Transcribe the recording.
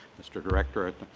mr. director,